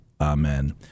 Amen